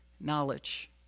knowledge